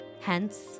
Hence